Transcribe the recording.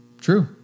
True